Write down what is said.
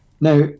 now